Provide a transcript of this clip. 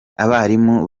abarimu